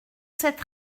cette